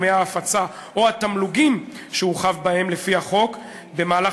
דמי ההפצה או התמלוגים שהוא חב בהם לפי החוק במהלך